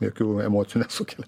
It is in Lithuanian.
jokių emocijų nesukelia